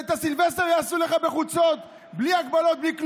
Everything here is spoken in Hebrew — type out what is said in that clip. את הסילבסטר יעשו לך בחוצות בלי הגבלות ובלי כלום,